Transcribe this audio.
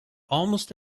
almost